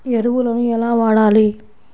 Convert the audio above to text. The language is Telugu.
ఎరువులను ఎలా వాడాలి?